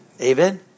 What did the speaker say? Amen